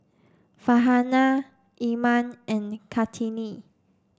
Farhanah Iman and Kartini